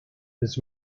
his